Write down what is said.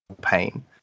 pain